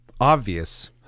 obvious